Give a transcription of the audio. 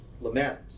lament